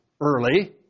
early